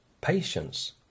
patience